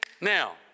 now